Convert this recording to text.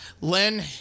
Lynn